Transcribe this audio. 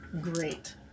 great